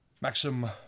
Maxim